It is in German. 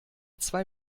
zwei